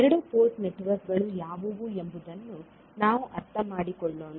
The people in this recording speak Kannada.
ಎರಡು ಪೋರ್ಟ್ ನೆಟ್ವರ್ಕ್ಗಳು ಯಾವುವು ಎಂಬುದನ್ನು ನಾವು ಅರ್ಥಮಾಡಿಕೊಳ್ಳೋಣ